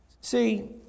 See